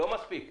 לא מספיק,